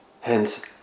Hence